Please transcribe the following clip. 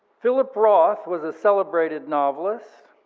philip roth was a celebrated novelist,